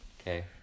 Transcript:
okay